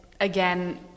again